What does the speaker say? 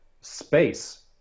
space